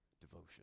devotion